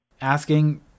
asking